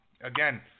Again